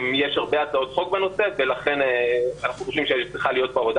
יש הרבה הצעות חוק בנושא ולכן אנחנו חושבים שצריכה להיות פה עבודה